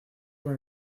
con